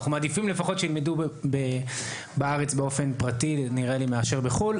אנחנו מעדיפים לפחות שילמדו בארץ באופן פרטי מאשר בחו"ל.